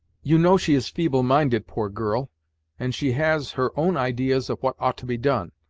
you know she is feeble-minded, poor girl and she has her own ideas of what ought to be done.